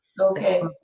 Okay